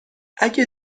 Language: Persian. اگه